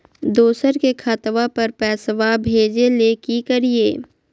दोसर के खतवा पर पैसवा भेजे ले कि करिए?